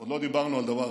עוד לא דיברנו על דבר אחר.